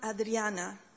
Adriana